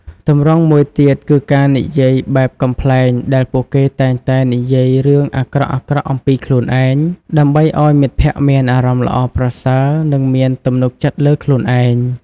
ទម្រង់មួយទៀតគឺការនិយាយបែបកំប្លែងដែលពួកគេតែងតែនិយាយរឿងអាក្រក់ៗអំពីខ្លួនឯង ដើម្បីឱ្យមិត្តភក្តិមានអារម្មណ៍ល្អប្រសើរនិងមានទំនុកចិត្តលើខ្លួនឯង។